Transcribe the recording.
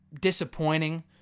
disappointing